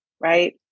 Right